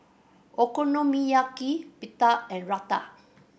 Okonomiyaki Pita and Raita